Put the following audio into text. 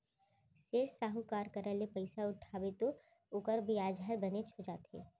सेठ, साहूकार करा ले पइसा उठाबे तौ ओकर बियाजे ह बने हो जाथे